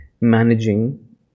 managing